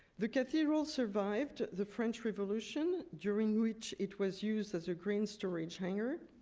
the cathedral survived the french revolution, during which it was used as a grain storage hanger.